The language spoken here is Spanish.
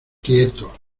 quietos